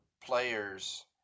players